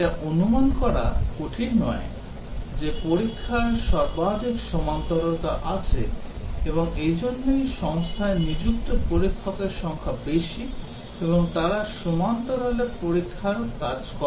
এটা অনুমান করা কঠিন নয় যে পরীক্ষার সর্বাধিক সমান্তরালতা আছে এবং এজন্যই সংস্থায় নিযুক্ত পরীক্ষকের সংখ্যা বেশি এবং তারা সমান্তরালে পরীক্ষার কাজ করে